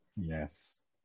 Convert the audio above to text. yes